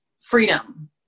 freedom